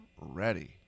ready